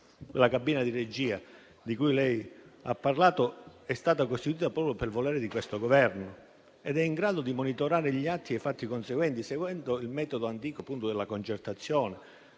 La cabina di regia di cui lei ha parlato è stata costituita proprio per volere di questo Governo. Essa è in grado di monitorare gli atti e i fatti conseguenti, seguendo il metodo antico della concertazione.